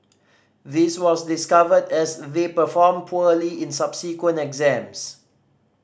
this was discovered as they performed poorly in subsequent exams